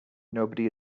nobody